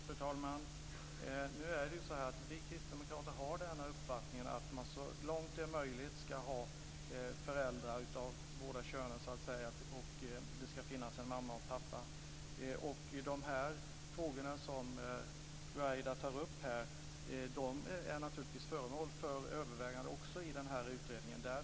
Fru talman! Nu är det så att vi kristdemokrater har den uppfattningen att man så långt det är möjligt ska ha föräldrar av båda könen. Det ska finnas en mamma och en pappa. De frågor som Ruwaida tar upp här är också föremål för överväganden i utredningen.